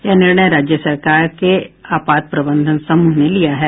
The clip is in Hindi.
यह निर्णय राज्य सरकार के आपात प्रबंधन समूह ने लिया है